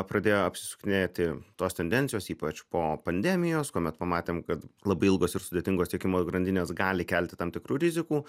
pradėjo apsisukinėti tos tendencijos ypač po pandemijos kuomet pamatėm kad labai ilgos ir sudėtingos tiekimo grandinės gali kelti tam tikrų rizikų